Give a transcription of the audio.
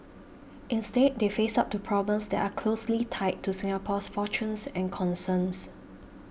instead they face up to problems that are closely tied to Singapore's fortunes and concerns